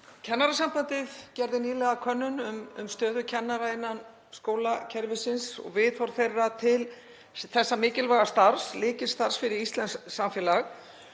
Kennarasambandið gerði nýlega könnun um stöðu kennara innan skólakerfisins og viðhorf þeirra til þessa mikilvæga starfs, lykilstarfs fyrir íslenskt samfélag.